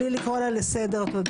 בלי לקרוא לה לסדר.